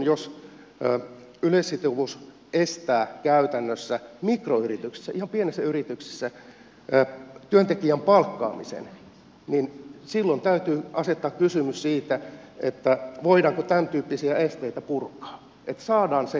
jos yleissitovuus estää käytännössä mikroyrityksissä ihan pienissä yrityksissä työntekijän palkkaamisen niin silloin täytyy asettaa kysymys siitä voidaanko tämäntyyppisiä esteitä purkaa että saadaan se ihminen töihin